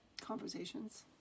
conversations